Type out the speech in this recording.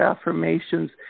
affirmations